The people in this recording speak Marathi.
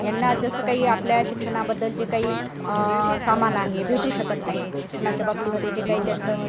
यांना जसं काही आपल्या शिक्षणाबद्दल जे काही सामान आहे भेटू शकत नाही शिक्षणाच्या बाबतीमध्ये जे काही त्यांचं